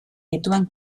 dituen